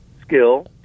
skill